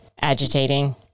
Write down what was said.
agitating